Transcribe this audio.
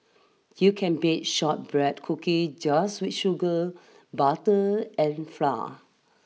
you can bake shortbread cookie just with sugar butter and flour